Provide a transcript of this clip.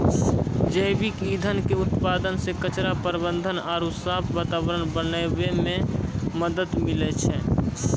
जैविक ईंधन के उत्पादन से कचरा प्रबंधन आरु साफ वातावरण बनाबै मे मदत मिलै छै